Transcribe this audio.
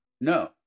no